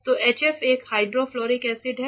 तो HF एक hydrofluoric acid है